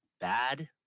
bad